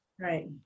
right